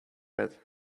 red